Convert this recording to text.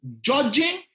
judging